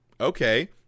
Okay